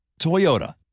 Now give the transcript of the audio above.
Toyota